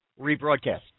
rebroadcast